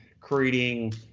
creating